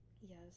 Yes